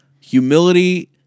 Humility